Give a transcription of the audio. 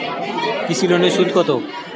কৃষি লোনের সুদ কত?